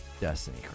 Destiny